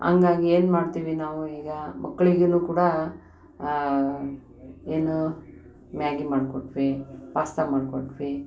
ಹಂಗಾಗಿ ಏನು ಮಾಡ್ತೀವಿ ನಾವು ಈಗ ಮಕ್ಳಿಗು ಕೂಡ ಏನು ಮ್ಯಾಗಿ ಮಾಡಿ ಕೊಟ್ವಿ ಪಾಸ್ತಾ ಮಾಡಿ ಕೊಟ್ವಿ